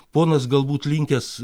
ponas galbūt linkęs